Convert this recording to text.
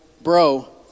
Bro